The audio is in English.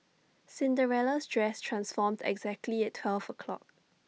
Cinderella's dress transformed exactly at twelve o'clock